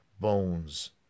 bones